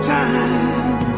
time